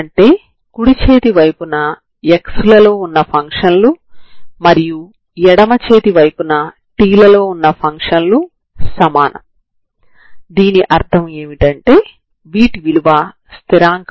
అందులో ఒకటి ప్రారంభ సమాచారం కలిగిన సజాతీయ తరంగ సమీకరణం